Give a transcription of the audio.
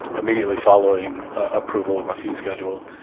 immediately following approval of our fee schedule,